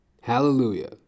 Hallelujah